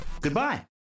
Goodbye